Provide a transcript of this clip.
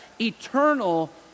eternal